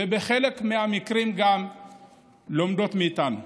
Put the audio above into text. ובחלק מהמקרים גם לומדות מאיתנו.